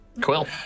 Quill